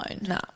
No